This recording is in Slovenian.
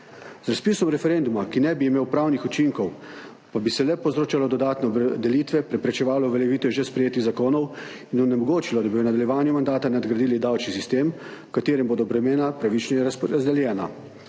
Z razpisom referenduma, ki ne bi imel pravnih učinkov, pa bi se le povzročalo dodatne opredelitve, preprečevalo uveljavitev že sprejetih zakonov in onemogočilo, da bi v nadaljevanju mandata nadgradili davčni sistem, v katerem bodo bremena pravičneje razpredeljena.